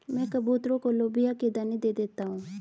मैं कबूतरों को लोबिया के दाने दे देता हूं